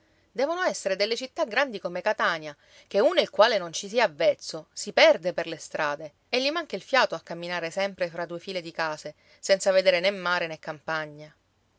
devono essere delle città grandi come catania che uno il quale non ci sia avvezzo si perde per le strade e gli manca il fiato a camminare sempre fra due file di case senza vedere né mare né campagna